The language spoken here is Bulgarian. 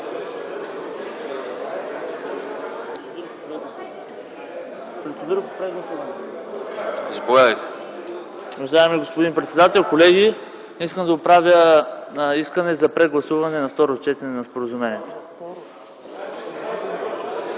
прегласуване на второ четене на Споразумението.